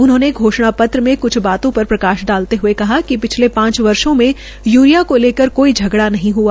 उन्होंने घोषणा पत्र में क्छ बातो पर प्रकाश डालते हये कहा कि पिछले पांच वर्षो में यूरिया को लेकर कोई झगड़ा नहीं हआ